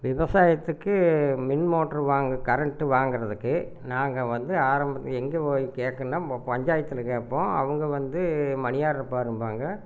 விவசாயத்துக்கு மின் மோட்ரு வாங்க கரண்ட்டு வாங்கறதுக்கு நாங்கள் வந்து ஆரம்ப எங்கே போய் கேட்கனுன்னா நம்ப பஞ்சாயத்தில் கேட்போம் அவங்க வந்து மணி ஆடர பாரும்பாங்க